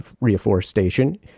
reforestation